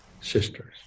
sisters